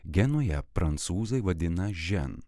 genują prancūzai vadina žen